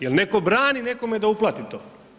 Je li netko brani nekome da uplati to?